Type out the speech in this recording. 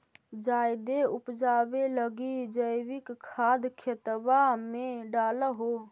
जायदे उपजाबे लगी जैवीक खाद खेतबा मे डाल हो?